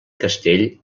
castell